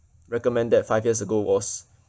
recommend that five years ago was